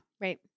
Right